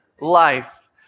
life